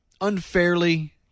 unfairly